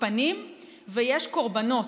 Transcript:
תוקפנים ויש קורבנות.